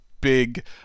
big